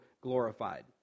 glorified